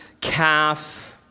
calf